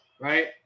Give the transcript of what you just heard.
right